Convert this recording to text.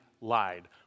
lied